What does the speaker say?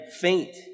faint